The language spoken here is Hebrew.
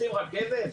רוצים רכבת?